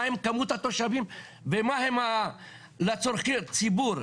מה הם כמות התושבים ומה לצרכי ציבור.